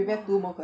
!wah!